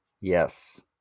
Yes